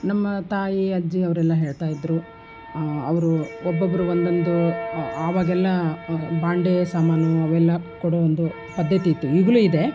ನಮ್ಮ ತಾಯಿ ಅಜ್ಜಿ ಅವರೆಲ್ಲ ಹೇಳ್ತಾ ಇದ್ದರು ಅವರು ಒಬ್ಬೊಬ್ಬರು ಒಂದೊಂದು ಆವಾಗೆಲ್ಲ ಭಾಂಡೆಯ ಸಾಮಾನು ಅವೆಲ್ಲ ಕೊಡೊ ಒಂದು ಪದ್ಧತಿ ಇತ್ತು ಈಗಲೂ ಇದೆ